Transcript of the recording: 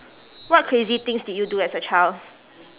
what crazy things did you do as a child